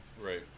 Right